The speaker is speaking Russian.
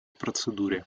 процедуре